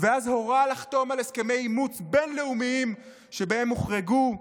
ואז הורה לחתום על הסכמי אימוץ בין-לאומיים שבהם הוחרגו,